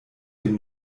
dem